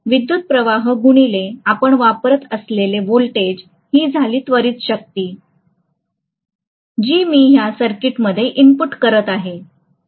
विद्युत प्रवाह गुणिले आपण वापरत असलेले व्होल्टेज हि झाली त्वरित शक्तीinstantaneous पॉवर जी मी ह्या सर्किटमध्ये इनपुट करत आहे